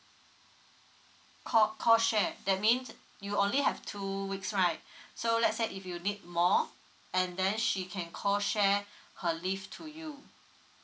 co co share that means you only have two weeks right so let's say if you need more and then she can co share her leave to you